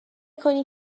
کنی